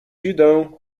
idę